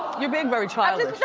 you're being very childish. no,